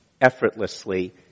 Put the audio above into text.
effortlessly